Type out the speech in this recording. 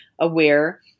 aware